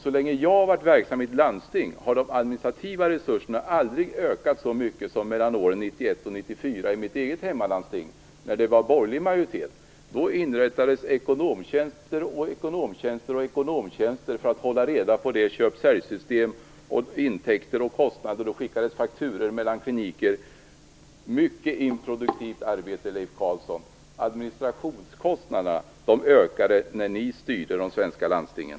Så länge som jag har varit verksam i ett landsting har de administrativa resurserna aldrig ökat så mycket som de gjorde mellan åren 1991 och 1994 i mitt eget hemlän när det var borgerlig majoritet. Det inrättades ekonomtjänster på löpande band för att man skulle kunna hålla reda på alla köp-säljsystem, och det skickades fakturor mellan olika kliniker samtidigt som man skulle hålla reda på alla intäkter och kostnader. Det var ett mycket improduktivt arbete, Leif Carlson. Administrationskostnaderna ökade när ni styrde de svenska landstingen.